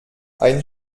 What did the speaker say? ein